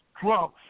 Trump